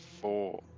Four